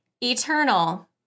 eternal